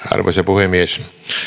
arvoisa puhemies